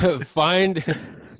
find